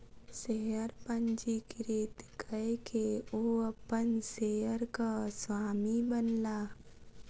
share पंजीकृत कय के ओ अपन शेयरक स्वामी बनला